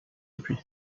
depuis